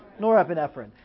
norepinephrine